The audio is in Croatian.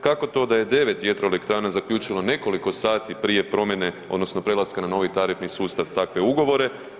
Kako to da je 9 vjetroelektrana nekoliko sati prije promjene odnosno prelaska na novi tarifni sustav takve ugovore?